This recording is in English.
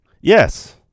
Yes